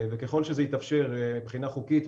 ככל שזה יתאפשר מבחינה חוקית,